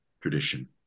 tradition